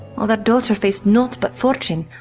while their daughter faced naught but fortune,